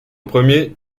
premier